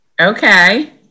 Okay